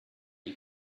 you